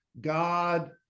God